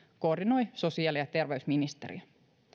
koordinoi sosiaali ja terveysministeriö